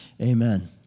amen